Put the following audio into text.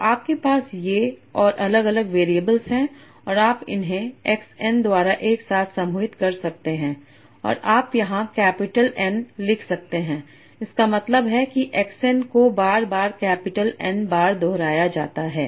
तो आपके पास ये और अलग अलग वैरिएबल हैं और आप इन्हें x n द्वारा एक साथ समूहित कर सकते हैं और आप यहां कैपिटल एन N लिख सकते हैं इसका मतलब है कि x n को बार बार कैपिटल N बार दोहराया जाता है